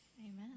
Amen